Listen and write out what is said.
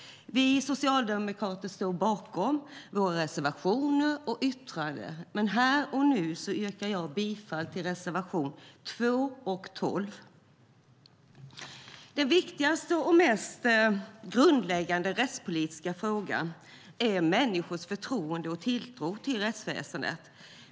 Vi socialdemokrater står bakom våra reservationer och yttranden, men här och nu yrkar jag bifall till reservationerna 2 och 12. Den viktigaste och mest grundläggande rättspolitiska frågan är människors förtroende för och tilltro till rättsväsendet.